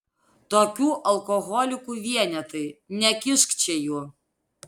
tokių alkoholikų vienetai nekišk čia jų